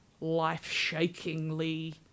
life-shakingly